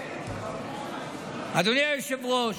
אדוני היושב-ראש,